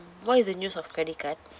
what is the use of credit card